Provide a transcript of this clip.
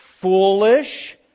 foolish